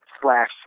slash